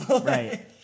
Right